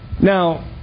Now